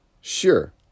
Sure